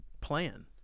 plan